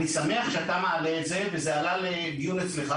אני שמח שזה עלה לדיון אצלך.